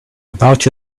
about